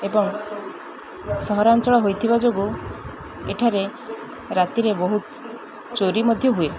ଏବଂ ସହରାଞ୍ଚଳ ହୋଇଥିବା ଯୋଗୁଁ ଏଠାରେ ରାତିରେ ବହୁତ ଚୋରି ମଧ୍ୟ ହୁଏ